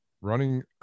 running